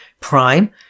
Prime